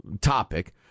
topic